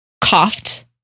coughed